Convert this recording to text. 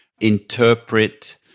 Interpret